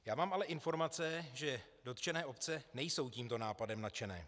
Já mám ale informace, že dotčené obce nejsou tímto nápadem nadšené.